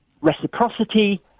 reciprocity